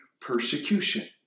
persecution